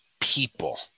people